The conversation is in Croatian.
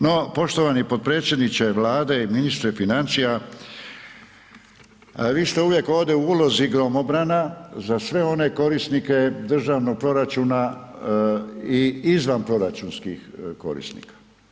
No poštovani potpredsjedniče Vlade i ministre financija, vi ste uvijek ovdje u ulozi gromobrana za sve one korisnike državnog proračuna i izvanproračunskih korisnika.